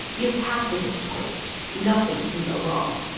you have to hit the post. nothing can go wrong.